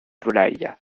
volailles